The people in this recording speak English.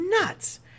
nuts